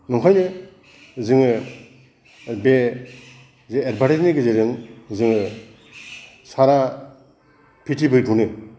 नंखायनो जोङो बे जे एदभार्तायसनि गेजेरजों जोङो सारा फितिबिखौनो